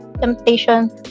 temptation